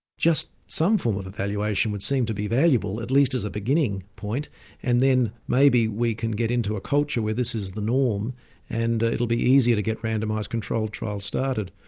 just some form of evaluation would seem to be valuable at least as a beginning point and then maybe we can get into a culture where this is the norm and it'll be easier to get randomised control trials started.